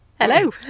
hello